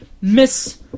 miss